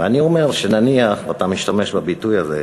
ואני אומר שנניח שאתה משתמש בביטוי הזה,